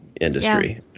industry